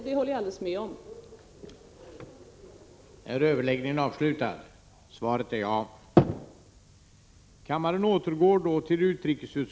Jag håller helt med om det.